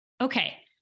Okay